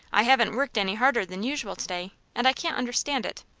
i haven't worked any harder than usual to-day, and i can't understand it.